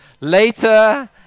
Later